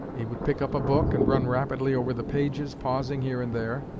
he would pick up a book and run rapidly over the pages, pausing here and there.